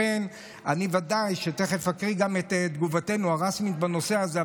אני ודאי תכף אקריא גם את תגובתנו הרשמית בנושא הזה,